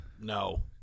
No